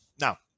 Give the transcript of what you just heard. Now